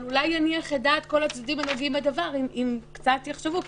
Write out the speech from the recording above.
אבל אולי יניח את דעת כל הצדדים הנוגעים בדבר אם קצת יחשבו.